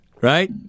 Right